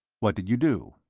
what did you do?